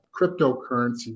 cryptocurrency